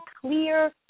clear